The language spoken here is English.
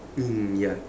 mm ya